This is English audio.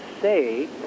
say